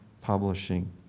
publishing